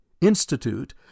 Institute